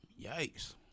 yikes